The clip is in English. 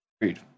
Agreed